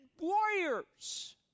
warriors